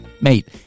Mate